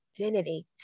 identity